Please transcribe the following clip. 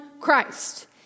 Christ